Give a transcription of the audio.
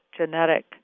genetic